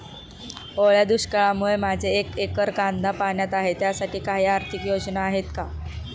ओल्या दुष्काळामुळे माझे एक एकर कांदा पाण्यात आहे त्यासाठी काही आर्थिक योजना आहेत का?